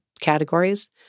categories